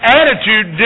attitude